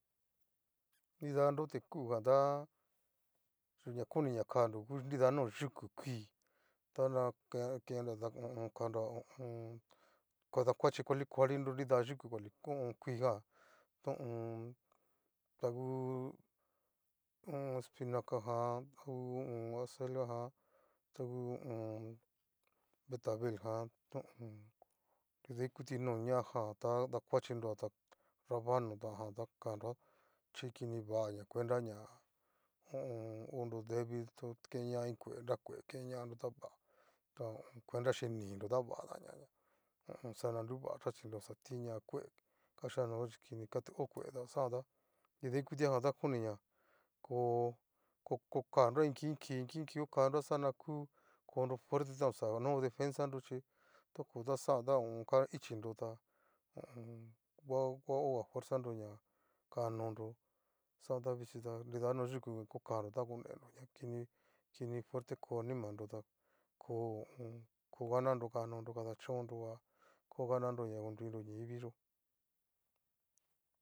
Nrida nro ti kugan ta yu'u ñakoni na kandró ngu nida no yuku, kuii tana ke kendroa ta ho o on. kaonra ho o on. kuadakuachí kuali kuali nrida yuku koli kuijan, ta ho o on. ta uuu uuuun espinaca jan ta ngu ho o on acelga jan ta ngu ho o on. vetabeljaan ho o on. nrida ikuti no ñajanta dakuachinroa ta rabano tajan ta kanroa chí kiniva na kuentaña ho o on. onro debil to kenña kue ña kue kenñanro ta va ta ho o on. kuenta shí nidro ta vatanñaña ho o on. xa na nruva yaxhínro xa tinña kue achíkanoyó chí kini ya o kue ta xanjan ta nrida ikutia jan ta koni ña ko kokanroa in ki in ki, in ki in ki okanroa xana ku konro fuerte ta oxa no defenza nro chí toko xajan tá ka ichinro tá ho o on. va vahoga fuerzanroña okanonro xajan tavichí ta nrida no yuku jan okanro ta konrero ña kini kini fuerte ko animaro ta ko ho o on. ko gananro kakanonro kadachónro ha ko gananro ña konruinro ñaiviyó